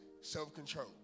self-control